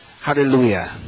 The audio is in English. Hallelujah